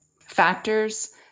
factors